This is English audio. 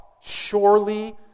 surely